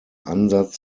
ansatz